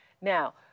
now